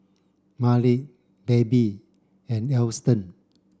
Mallie Babe and Alston